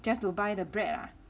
just to buy the bread lah